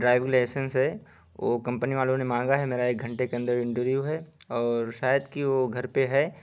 driving licence ہے وہ company والوں نے مانگا ہے میرا ایک گھنٹے کے اندر انٹرویو ہے اور شاید کہ وہ گھر پہ ہے